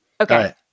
Okay